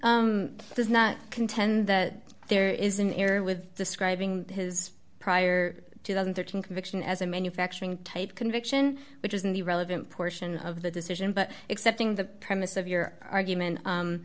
does not contend that there is an error with describing his prior two thousand and thirteen conviction as a manufacturing type conviction which isn't the relevant portion of the decision but excepting the premise of your argument